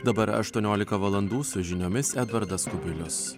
dabar aštuoniolika valandų su žiniomis edvardas kubilius